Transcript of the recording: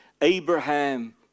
Abraham